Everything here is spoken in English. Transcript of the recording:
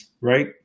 right